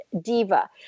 diva